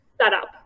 setup